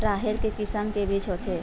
राहेर के किसम के बीज होथे?